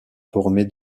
formée